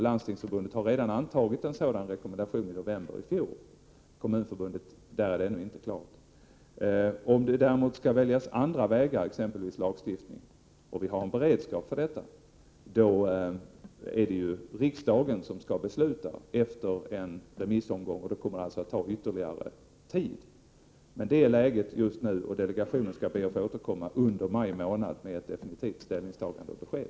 Landstingsförbundet har redan antagit en rekommendation i november i fjol. Kommunförbundets ställningstagande är ännu inte klart. Om det däremot skall väljas andra vägar, exempelvis lagstiftning — och vi har beredskap för det — då är det riksdagen som skall besluta efter en remissomgång. Det kommer alltså att ta ytterligare tid. Detta är läget just nu. Delegationen har bett att få återkomma under maj månad med ett definitivt ställningstagande och besked.